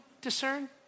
discern